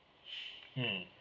mm